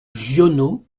giono